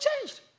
changed